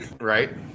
Right